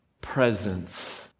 presence